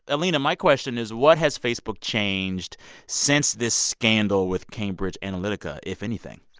alina, my question is, what has facebook changed since this scandal with cambridge analytica, if anything?